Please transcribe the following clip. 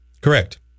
Correct